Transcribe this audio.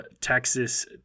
Texas